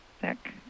sick